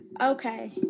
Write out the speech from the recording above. Okay